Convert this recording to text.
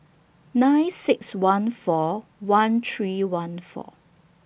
nine six one four one three one four